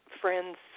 friends